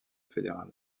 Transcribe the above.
fédéral